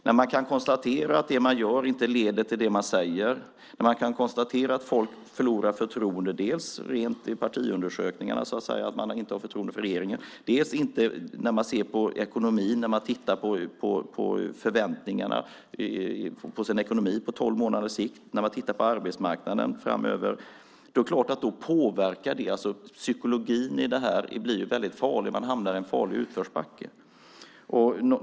När man kan konstatera att det man gör inte leder till det man säger, när man kan konstatera att folk förlorar förtroende, dels i partiundersökningar - man har inte förtroende för regeringen - dels när man ser på ekonomin och tittar på förväntningarna på sin ekonomi på tolv månaders sikt och när man tittar på arbetsmarknaden framöver - det är klart att det påverkar. Psykologin i det här blir väldigt farlig. Man hamnar i en farlig utförsbacke.